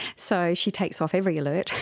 so she takes off every alert,